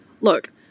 look